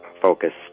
focused